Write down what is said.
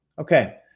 Okay